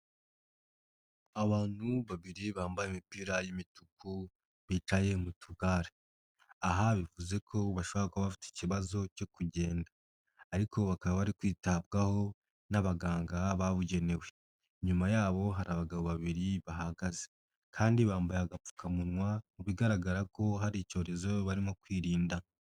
Abantu babiri bambaye imipira y'imituku bicaye mu tugare aha bivuze ko bashobora kuba bafite ikibazo cyo kugenda ariko bakaba bari kwitabwaho n'abaganga babugenewe, inyuma yabo hari abagabo babiri bahagaze kandi bambaye agapfukamunwa mu bigaragara ko hari icyorezo barimo kwirinda.